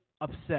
upset